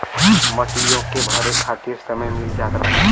मटियो के भरे खातिर समय मिल जात रहल